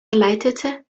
leitete